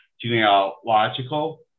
genealogical